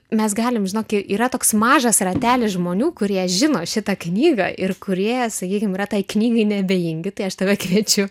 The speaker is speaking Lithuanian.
mes galime žinok yra toks mažas ratelis žmonių kurie žino šitą knygą ir kurie sakykim yra tai knygai neabejingi tai aš tave kviečiu